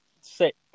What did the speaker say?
six